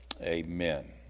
amen